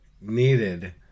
needed